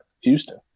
Houston